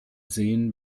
sehen